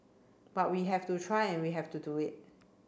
but we have to try and we have to do it